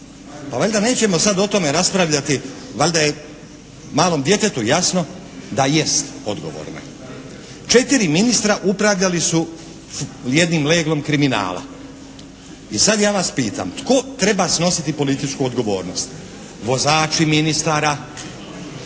Pa valjda nećemo sad o tome raspravljati. Valjda je malom djetetu jasno da jest odgovorna. 4 ministra upravljali su jednim leglom kriminala. I sad ja vas pitam tko treba snositi političku odgovornost. Vozači ministara,